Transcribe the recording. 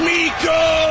Miko